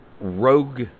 rogue